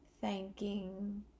Thanking